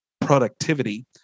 productivity